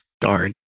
Darn